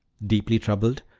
deeply troubled,